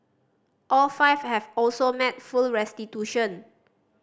all five have also made full restitution